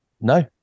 No